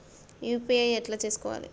UPI ఎట్లా చేసుకోవాలి?